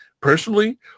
personally